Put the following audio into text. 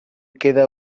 queda